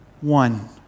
One